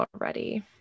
already